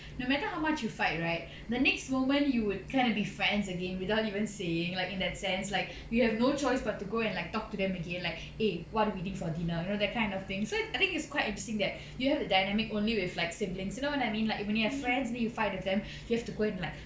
no matter how much you fight right the next moment you would kind of be friends again without even saying like in that sense like you have no choice but to go and like talk to them again like eh what we eating for dinner you know that kind of thing so I think it's quite interesting that you have the dynamic only with like siblings you know what I mean like when you have friends then you fight with them you have to go and like